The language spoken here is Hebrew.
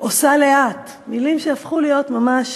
או "סע לאט"; מילים שהפכו להיות ממש